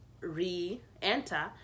re-enter